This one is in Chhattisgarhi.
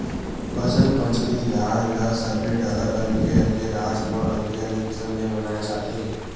बसंत पंचमी तिहार ल सबे डहर अलगे अलगे राज म अलगे अलगे किसम ले मनाए जाथे